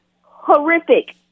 horrific